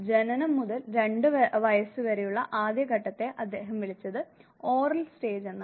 ജനനം മുതൽ 2 വയസ്സുവരെയുള്ള ആദ്യ ഘട്ടത്തെ അദ്ദേഹം വിളിച്ചത് ഓറൽ സ്റ്റേജ് എന്നാണ്